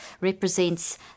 represents